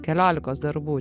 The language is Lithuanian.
keliolikos darbų